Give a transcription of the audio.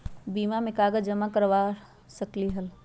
बीमा में कागज जमाकर करवा सकलीहल?